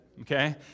okay